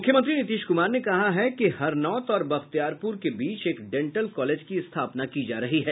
मुख्यमंत्री नीतीश कुमार ने कहा कि हरनौत और बख्तियारपुर के बीच एक डेंटल कॉलेज की स्थापना की जा रही है